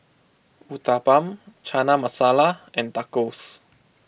Uthapam Chana Masala and Tacos